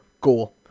Goal